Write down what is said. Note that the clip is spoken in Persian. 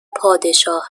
پادشاه